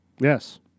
Yes